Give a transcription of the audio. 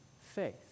faith